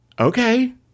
Okay